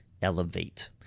elevate